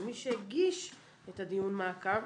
אבל מי שהגיש את דיון המעקב,